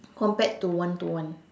compared to one to one